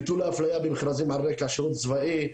ביטול האפליה במכרזים על רקע שירות צבאי,